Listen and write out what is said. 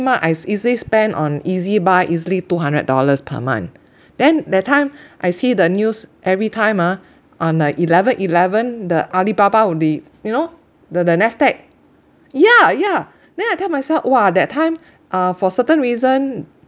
month I easily spend on ezbuy easily two hundred dollars per month then that time I see the news every time ah on the eleven eleven the Alibaba would be you know the the NASDAQ yeah yeah then I tell myself !wah! that time uh for certain reason